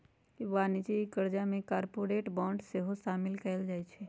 वाणिज्यिक करजा में कॉरपोरेट बॉन्ड सेहो सामिल कएल जाइ छइ